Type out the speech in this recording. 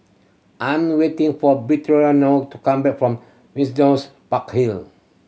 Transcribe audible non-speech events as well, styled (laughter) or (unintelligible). I'm waiting for (unintelligible) to come back from (unintelligible) Park Hill